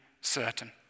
certain